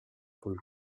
pôle